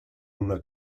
una